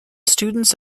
students